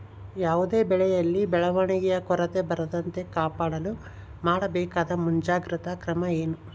ಯಾವುದೇ ಬೆಳೆಯಲ್ಲಿ ಬೆಳವಣಿಗೆಯ ಕೊರತೆ ಬರದಂತೆ ಕಾಪಾಡಲು ಮಾಡಬೇಕಾದ ಮುಂಜಾಗ್ರತಾ ಕ್ರಮ ಏನು?